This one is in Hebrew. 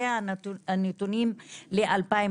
זה הנתונים ל-2020.